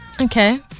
Okay